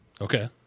Okay